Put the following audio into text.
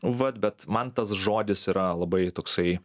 vat bet man tas žodis yra labai toksai